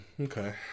Okay